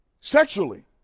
sexually